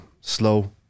slow